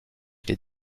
les